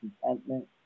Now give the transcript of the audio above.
contentment